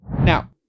Now